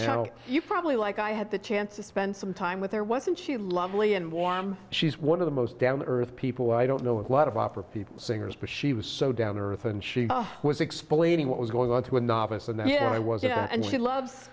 how you probably like i had the chance to spend some time with her wasn't she lovely and warm she's one of the most down to earth people i don't know a lot of opera people singers but she was so down to earth and she was explaining what was going on to a novice and i was yeah and she loves